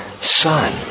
Son